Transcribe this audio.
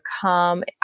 come